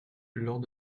lors